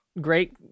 Great